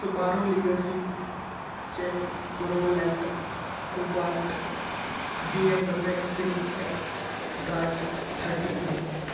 Subaru Legacy Chevrolet Cobalt B M W X three X drives thirty E